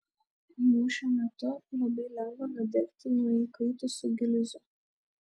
mūšio metu labai lengva nudegti nuo įkaitusių gilzių